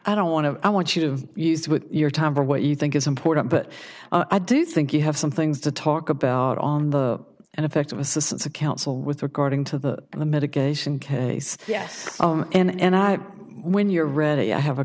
i don't want to i want you to use with your time for what you think is important but i do think you have some things to talk about on the and effective assistance of counsel with regarding to the the medication case yes and i when you're ready i have a